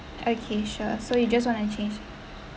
okay sure so you just want to change